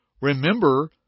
Remember